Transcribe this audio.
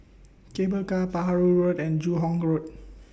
Cable Car Perahu Road and Joo Hong Road